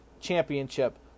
championship